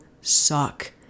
suck